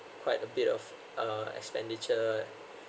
quite a bit of uh expenditure